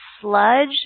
sludge